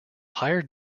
higher